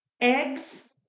eggs